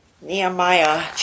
Nehemiah